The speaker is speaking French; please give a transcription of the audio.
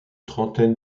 trentaine